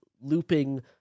looping